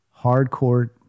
hardcore